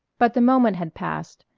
but the moment had passed.